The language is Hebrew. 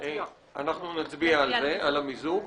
נצביע על המיזוג.